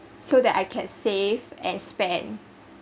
so that I can save and spend